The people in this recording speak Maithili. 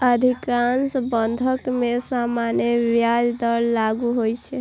अधिकांश बंधक मे सामान्य ब्याज दर लागू होइ छै